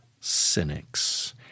cynics